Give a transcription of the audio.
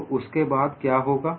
तो उसके बाद क्या होगा